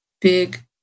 big